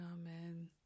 Amen